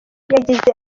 yagize